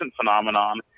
phenomenon